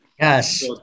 Yes